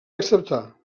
acceptar